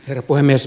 herra puhemies